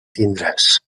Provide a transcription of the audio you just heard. tindràs